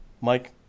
Mike